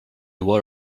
wore